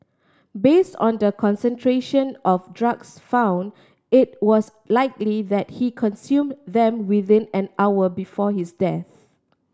based on the concentration of drugs found it was likely that he consumed them within an hour before his death